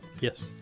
Yes